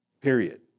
Period